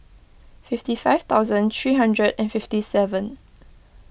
fifty five thousand three hundred and fifty seven